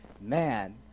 Man